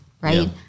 right